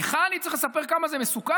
לך אני צריך לספר כמה זה מסוכן?